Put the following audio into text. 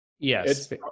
Yes